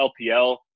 LPL